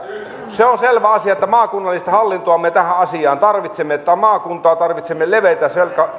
se on selvä asia että maakunnallista hallintoa me tähän asiaan tarvitsemme että on maakunta tarvitsemme leveitä